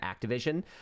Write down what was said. Activision